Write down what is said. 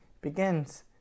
begins